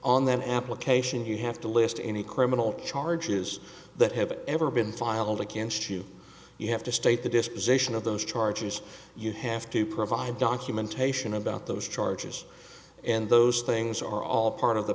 then application you have to list any criminal charges that have ever been filed against you you have to state the disposition of those charges you have to provide documentation about those charges and those things are all part of the